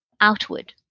outward